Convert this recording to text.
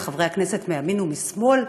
של חברי הכנסת מימין ומשמאל,